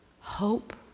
Hope